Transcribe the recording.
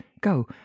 go